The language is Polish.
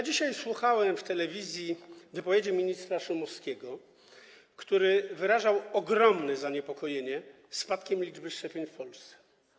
Dzisiaj słuchałem w telewizji wypowiedzi ministra Szumowskiego, który wyrażał ogromne zaniepokojenie spadkiem liczby szczepień w Polsce.